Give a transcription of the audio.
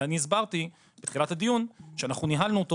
ולכן אני הסברתי בתחילת הדיון שאני ניהלתי אותו